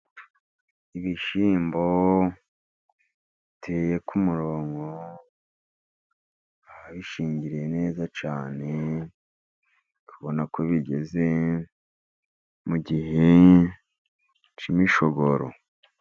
Ibishyimbo biteye ku murongo, babishingiriye neza cyane, uri kubona ko bigeze mu gihe cy'imishogoro.